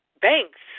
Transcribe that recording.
Banks